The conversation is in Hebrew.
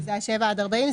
שזה שבעה עד 40 קילומטר,